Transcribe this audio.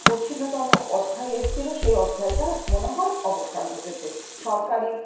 কঠিনতম অধ্যায় এসছিলো সেই অধ্যায়টা মনে হয় অবসান ঘটেছে সরকারি